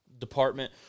department